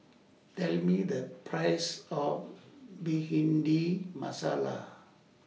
Tell Me The priceS of Bhindi Masala